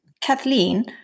Kathleen